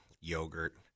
yogurt